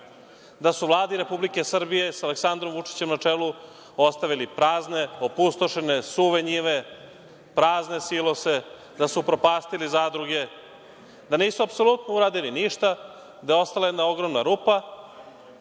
da su Vladi Republike Srbije sa Aleksandrom Vučićem na čelu ostavili prazne, opustošene, suve njive, prazne silose, da su upropastili zadruge, da nisu apsolutno uradili ništa, da je ostala jedna ogromna rupa.